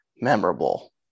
memorable